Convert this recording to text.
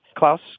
Klaus